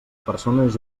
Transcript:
persones